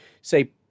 say